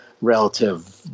relative